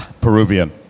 Peruvian